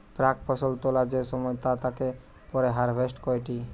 প্রাক ফসল তোলা যে সময় তা তাকে পরে হারভেস্ট কইটি